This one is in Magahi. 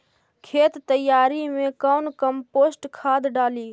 खेत तैयारी मे कौन कम्पोस्ट खाद डाली?